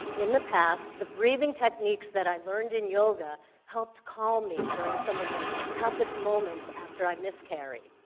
in the past, the breathing techniques that i learned in yoga helped calm me during some of the toughest moments after i miscarried.